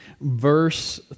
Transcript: verse